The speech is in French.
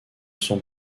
son